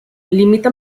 limita